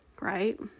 right